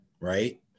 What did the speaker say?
right